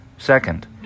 Second